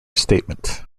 statement